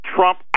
Trump